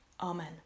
Amen